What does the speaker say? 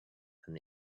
and